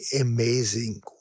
amazing